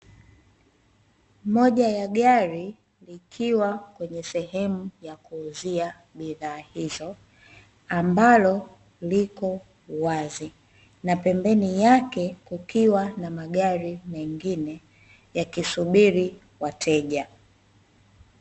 Moja ya gari likiwa kwenye sehemu ya kuuzia bidhaa hizo ambalo liko wazi, na pembeni yake kukiwa na magari mengine yakisubiri wateja.